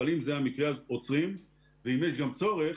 אבל אם זה המקרה, עוצרים ואם יש צורך